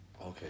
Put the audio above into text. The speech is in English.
okay